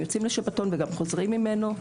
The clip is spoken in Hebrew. הם יוצאים לשבתון וגם חוזרים ממנו.